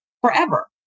forever